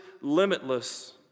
limitless